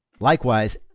Likewise